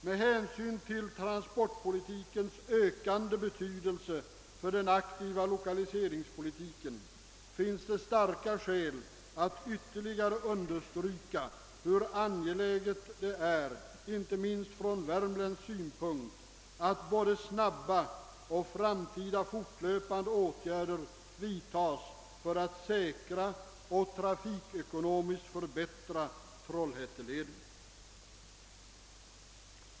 Med hänsyn till transportpolitikens ökande betydelse för den aktiva Iokaliseringspolitiken finns det starka skäl att ytterligare understryka, hur angeläget det är — inte minst från värmländsk synpunkt — att både snabba och framtida fortlöpande åtgärder vidtas för att säkra och trafikekonomiskt förbättra Trollhätteleden.